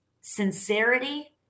sincerity